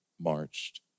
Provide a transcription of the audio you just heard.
marched